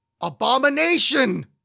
Abomination